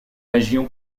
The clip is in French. région